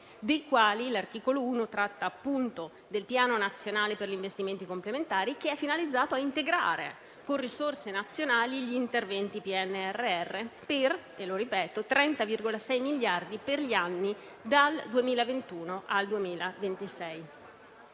dei quali l'articolo 1 tratta appunto del Piano nazionale per investimenti complementari, finalizzato a integrare con risorse nazionali gli interventi del PNRR per - lo ripeto - 30,6 miliardi per gli anni dal 2021 al 2026.